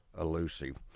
elusive